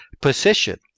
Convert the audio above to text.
position